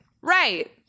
Right